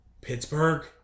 Pittsburgh